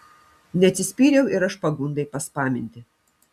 neatsispyriau ir aš pagundai paspaminti